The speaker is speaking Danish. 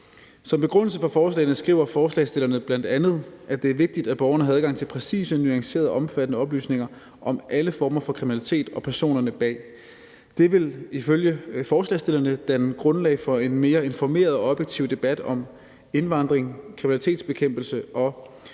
Som begrundelse for forslagene skriver forslagsstillerne bl.a., at det er vigtigt, at borgerne har adgang til præcise og nuancerede og omfattende oplysninger om alle former for kriminalitet og personerne bag. Det vil ifølge forslagsstillerne danne grundlag for en mere informeret og objektiv debat om indvandring, kriminalitetsbekæmpelse og